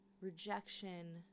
rejection